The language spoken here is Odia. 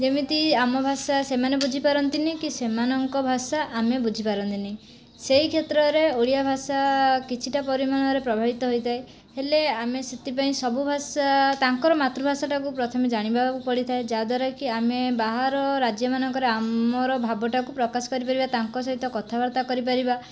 ଯେମିତି ଆମ ଭାଷା ସେମାନେ ବୁଝି ପାରନ୍ତିନି କି ସେମାନଙ୍କ ଭାଷା ଆମେ ବୁଝି ପାରନ୍ତିନି ସେଇ କ୍ଷେତ୍ରରେ ଓଡ଼ିଆ ଭାଷା କିଛିଟା ପରିମାଣରେ ପ୍ରଭାବିତ ହୋଇଥାଏ ହେଲେ ଆମେ ସେଥିପାଇଁ ସବୁ ଭାଷା ତାଙ୍କର ମାତୃଭାଷାଟାକୁ ପ୍ରଥମେ ଜାଣିବାକୁ ପଡିଥାଏ ଯାହା ଦ୍ଵାରା କି ଆମେ ବାହାର ରାଜ୍ୟ ମାନଙ୍କରେ ଆମର ଭାବଟାକୁ ପ୍ରକାଶ କରି ପାରିବା ତାଙ୍କ ସହିତ କଥା ବାର୍ତ୍ତା କରିପାରିବା